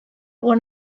one